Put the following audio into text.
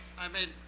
i mean,